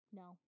no